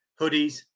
hoodies